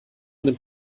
nimmt